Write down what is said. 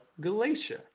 Galatia